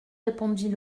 répondit